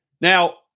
Now